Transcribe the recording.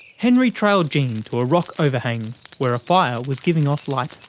henry trailed jean to a rock overhang where a fire was giving off light.